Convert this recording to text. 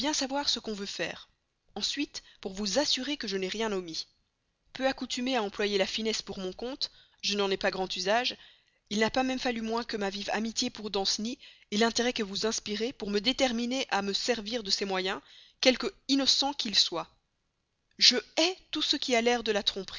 savoir ce qu'on veut bien faire ensuite pour vous assurer que je n'ai rien omis peu accoutumé à employer la finesse pour mon compte je n'en ai pas grand usage il n'a même pas fallu moins que ma vive amitié pour danceny l'intérêt que vous inspirez pour me déterminer à me servir de ces moyens quelque innocents qu'ils soient je hais tout ce qui a l'air de la